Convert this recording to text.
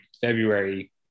February